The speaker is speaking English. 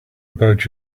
about